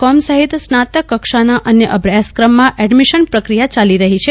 કોમ સહિત સ્નાતક કક્ષાના અન્ય અભ્યાસક્રમમાં એડમિશન પ્રક્રિયા ચાલી રહો છે